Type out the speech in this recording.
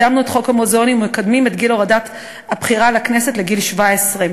קידמנו את חוק המוזיאונים ואנו מקדמים את הורדת גיל הבחירה לכנסת ל-17.